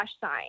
sign